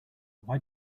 why